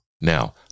Now